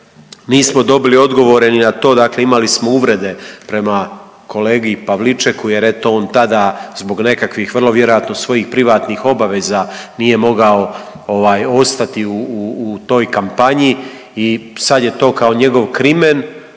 nismo dobili odgovore ni na to, dakle imali smo uvrede prema kolegi Pavličeku jer eto on tada zbog nekakvih vrlo vjerojatno svojih privatnih obaveza nije mogao ovaj ostati u toj kampanji i sad je to kao njegov krimen.